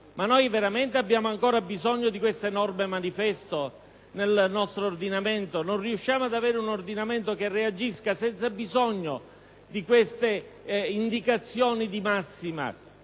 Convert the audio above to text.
Ma veramente abbiamo ancora bisogno di queste norme manifesto nel nostro ordinamento? Non si riesce ad avere un ordinamento che reagisca senza bisogno di queste indicazioni di massima,